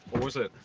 what was it?